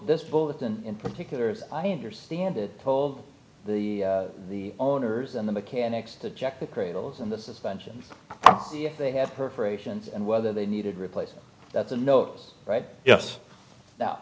this bulletin in particular as i understand it told the the owners and the mechanics to check the cradles and the suspensions and see if they have perforations and whether they needed replacing that's a note right yes now